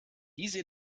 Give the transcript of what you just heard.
diese